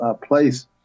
place